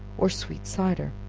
or sweet cider.